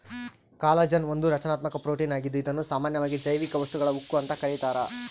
collagen ಒಂದು ರಚನಾತ್ಮಕ protein ಆಗಿದ್ದು ಇದುನ್ನ ಸಾಮಾನ್ಯವಾಗಿ ಜೈವಿಕ ವಸ್ತುಗಳ ಉಕ್ಕು ಅಂತ ಕರೀತಾರ